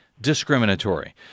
discriminatory